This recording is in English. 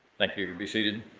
thank you, be seated.